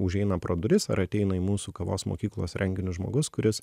užeina pro duris ar ateina į mūsų kavos mokyklos renginius žmogus kuris